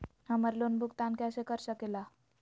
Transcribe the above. हम्मर लोन भुगतान कैसे कर सके ला?